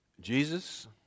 Jesus